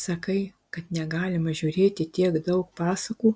sakai kad negalima žiūrėti tiek daug pasakų